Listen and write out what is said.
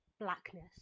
blackness